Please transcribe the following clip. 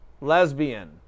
lesbian